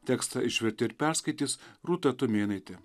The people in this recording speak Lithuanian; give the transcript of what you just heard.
tekstą išvertė ir perskaitys rūta tumėnaitė